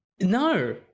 No